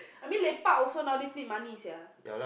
I mean lepak also now a days need money sia